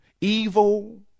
Evil